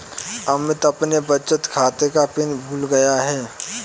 अमित अपने बचत खाते का पिन भूल गया है